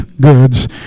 goods